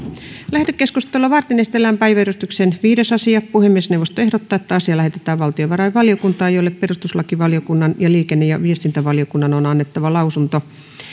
lähetekeskustelua varten esitellään päiväjärjestyksen viides asia puhemiesneuvosto ehdottaa että asia lähetetään valtiovarainvaliokuntaan jolle perustuslakivaliokunnan ja liikenne ja viestintävaliokunnan on annettava lausunto